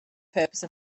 purpose